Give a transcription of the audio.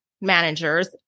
managers